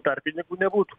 tarpininkų nebūtų